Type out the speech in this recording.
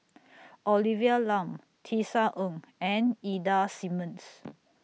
Olivia Lum Tisa Ng and Ida Simmons